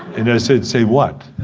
and i said say what?